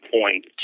point